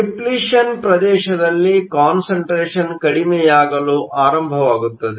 depletion ಪ್ರದೇಶದಲ್ಲಿ concentration ಕಡಿಮೆಯಾಗಲು ಆರಂಭವಾಗುತ್ತದೆ